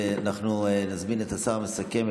אנחנו נזמין את השר לסכם.